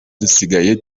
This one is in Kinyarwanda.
dusigaye